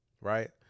right